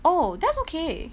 oh that's okay